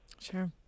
Sure